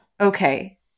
Okay